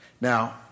Now